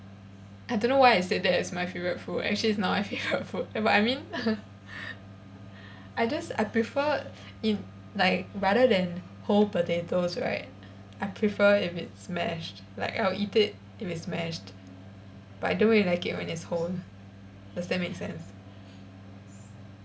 I don't know why I said that's as my favourite food actually it's not my favourite food but I mean I just I prefer in like rather than whole potatoes right I prefer if it's mashed like I'll eat it if it's mashed but I don't really like it when it's whole does that make sense